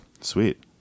sweet